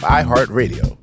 iHeartRadio